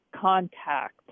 contact